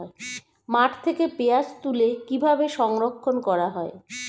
মাঠ থেকে পেঁয়াজ তুলে কিভাবে সংরক্ষণ করা হয়?